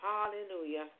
Hallelujah